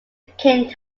king